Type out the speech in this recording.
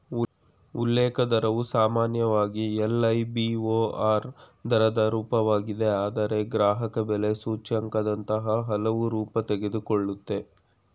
ಉಲ್ಲೇಖ ದರವು ಸಾಮಾನ್ಯವಾಗಿ ಎಲ್.ಐ.ಬಿ.ಓ.ಆರ್ ದರದ ರೂಪವಾಗಿದೆ ಆದ್ರೆ ಗ್ರಾಹಕಬೆಲೆ ಸೂಚ್ಯಂಕದಂತಹ ಹಲವು ರೂಪ ತೆಗೆದುಕೊಳ್ಳುತ್ತೆ